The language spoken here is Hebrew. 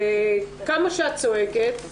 כמה שאת צועקת,